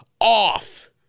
off